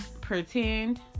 pretend